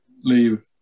leave